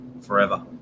forever